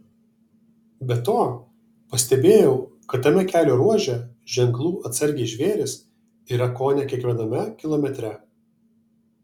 be to pastebėjau kad tame kelio ruože ženklų atsargiai žvėrys yra kone kiekviename kilometre